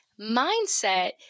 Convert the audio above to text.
mindset